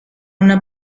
una